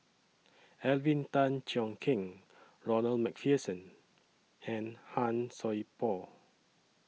Alvin Tan Cheong Kheng Ronald MacPherson and Han Sai Por